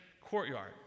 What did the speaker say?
courtyard